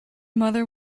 mother